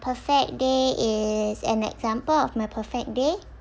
perfect day is an example of my perfect day